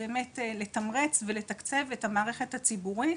באמת לתמרץ ולתקצב את המערכת הציבורית.